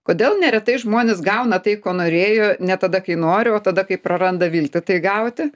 kodėl neretai žmonės gauna tai ko norėjo ne tada kai nori o tada kai praranda viltį tai gauti